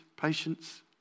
patience